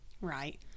Right